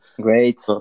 great